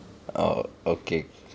err okay